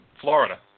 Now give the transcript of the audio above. Florida